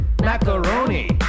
Macaroni